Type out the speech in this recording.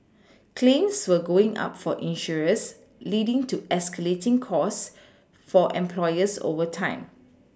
claims were going up for insurers leading to escalating costs for employers over time